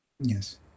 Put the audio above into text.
Yes